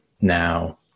Now